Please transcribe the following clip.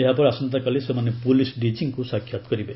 ଏହାପରେ ଆସନ୍ତାକାଲି ସେମାନେ ପୁଲିସ ଡିକିଙ୍କୁ ସାକ୍ଷାତ୍ କରିବେ